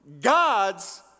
God's